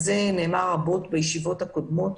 על זה דובר רבות בישיבות הקודמות.